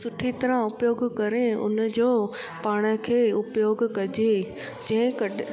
सुठी तरह उपयोगु करे उन जो पाण खे उपयोगु कजे जंहिं कॾहिं